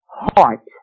heart